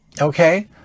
okay